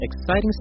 exciting